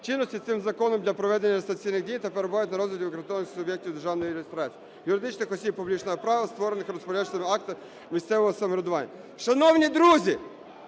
чинності цим Законом для проведення реєстраційних дій та перебувають на розгляді у акредитованих суб'єктів державної реєстрації - юридичних осіб публічного права, створених розпорядчими актами місцевого самоврядування".